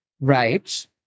Right